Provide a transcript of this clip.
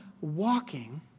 walking